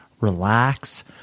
relax